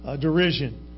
derision